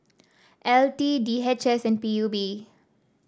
L T D H S and P U B